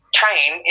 train